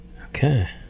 Okay